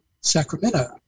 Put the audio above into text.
Sacramento